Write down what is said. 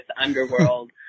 underworld